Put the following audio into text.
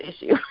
issue